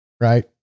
Right